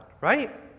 Right